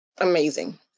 amazing